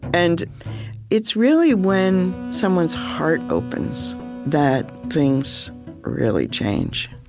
and it's really when someone's heart opens that things really change.